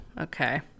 okay